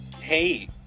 hey